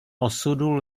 osudu